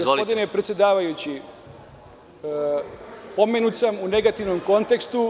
Gospodine predsedavajući, pomenut sam u negativnom kontekstu…